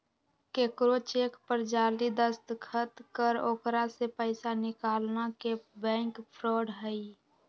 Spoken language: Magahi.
केकरो चेक पर जाली दस्तखत कर ओकरा से पैसा निकालना के बैंक फ्रॉड हई